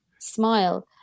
smile